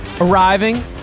Arriving